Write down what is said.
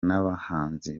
n’abahanzi